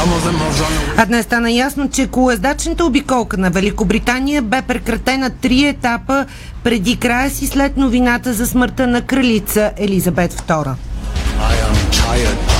Днес стана ясно, че колездачната обиколка на Великобритания бе прекратена три етапа преди края си след новината за смъртта на кралица Елизабет II. I am tired.